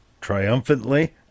triumphantly